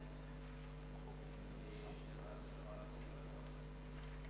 מס' 14) (איסור העסקה בשעות הלימודים),